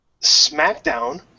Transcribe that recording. SmackDown